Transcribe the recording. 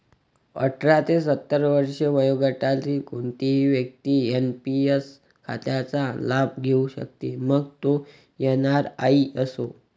अठरा ते सत्तर वर्षे वयोगटातील कोणतीही व्यक्ती एन.पी.एस खात्याचा लाभ घेऊ शकते, मग तो एन.आर.आई असो